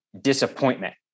disappointment